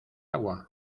agua